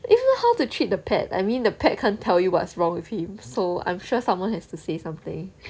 if not know how to treat the pet I mean the pet can't tell you what's wrong with him so I'm sure someone has to say something